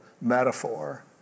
metaphor